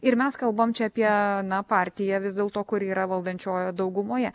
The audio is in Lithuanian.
ir mes kalbam apie aną partiją vis dėlto kuri yra valdančiojoje daugumoje